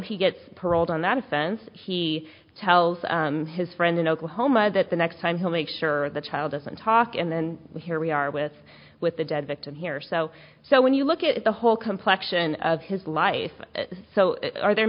he gets paroled on that offense he tells his friend in oklahoma that the next time he'll make sure the child doesn't talk and then here we are with with the dead victim here so so when you look at the whole complection of his life so are there